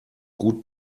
gut